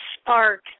spark